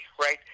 Right